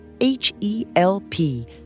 H-E-L-P